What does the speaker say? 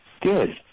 Good